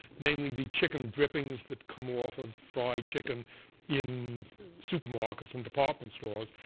namely the chicken drippings that come off of fried chicken in supermarkets and department stores.